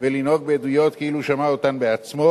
ולנהוג בעדויות כאילו שמע אותן בעצמו.